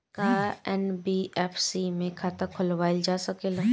का एन.बी.एफ.सी में खाता खोलवाईल जा सकेला?